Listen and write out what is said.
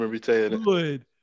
good